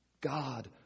God